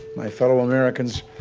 my fellow americans,